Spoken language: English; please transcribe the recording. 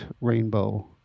rainbow